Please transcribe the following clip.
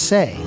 Say